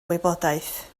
wybodaeth